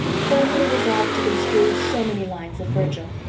firmly resolved to construe so many lines of virgil.